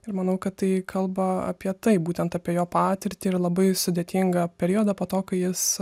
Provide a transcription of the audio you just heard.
ir manau kad tai kalba apie tai būtent apie jo patirtį ir labai sudėtingą periodą po to kai jis